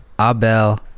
Abel